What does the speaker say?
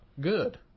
good